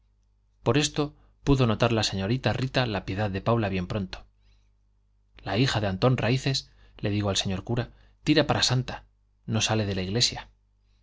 por esto pudo notar la señorita rita la piedad de paula bien pronto la hija de antón raíces le dijo al señor cura tira para santa no sale de la iglesia